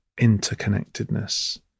interconnectedness